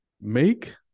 make